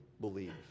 believe